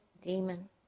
demon